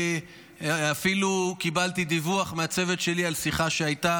אפילו קיבלתי דיווח מהצוות שלי על שיחה שהייתה